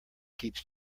keeps